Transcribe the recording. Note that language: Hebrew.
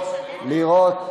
אתה יכול לבוא.